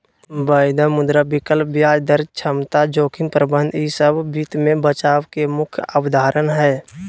वायदा, मुद्रा विकल्प, ब्याज दर समता, जोखिम प्रबंधन ई सब वित्त मे बचाव के मुख्य अवधारणा हय